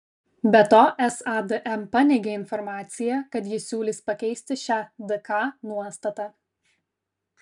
be to sadm paneigė informaciją kad ji siūlys pakeisti šią dk nuostatą